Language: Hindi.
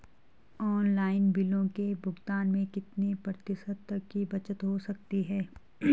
ऑनलाइन बिलों के भुगतान में कितने प्रतिशत तक की बचत हो सकती है?